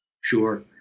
Sure